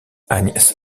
agnès